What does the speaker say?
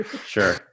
Sure